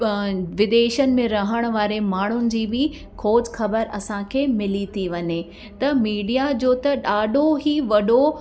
विदेशनि में रहणु वारे माण्हुनि जी बि खोज ख़बरु असांखे मिली थी वञे त मीडिया जो त ॾाढो ई वॾो